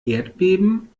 erdbeben